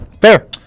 Fair